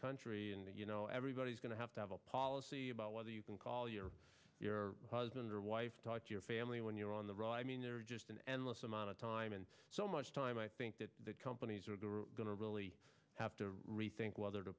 country and you know everybody's going to have to have a policy about whether you can call your husband or wife talk to your family when you're on the right mean they're just an endless amount of time and so much time i think that companies are going to really have to rethink whether to